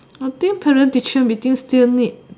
I think parent teacher meeting still need